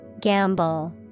Gamble